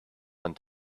went